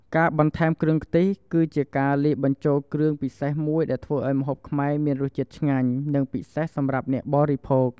ការបន្ថែមគ្រឿងខ្ទិះ គឺជាការលាយបញ្ចូលគ្រឿងពិសេសមួយដែលធ្វើឱ្យម្ហូបខ្មែរមានរសជាតិឆ្ងាញ់ និងពិសេសសម្រាប់អ្នកបរិភោគ។